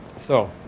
so,